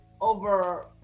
over